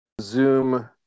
Zoom